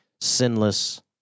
sinless